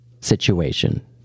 situation